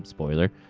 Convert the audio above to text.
spoiler.